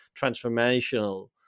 transformational